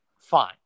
Fine